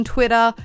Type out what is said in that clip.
Twitter